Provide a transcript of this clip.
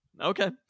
Okay